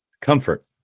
Comfort